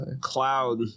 Cloud